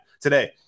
today